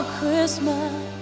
Christmas